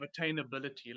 attainability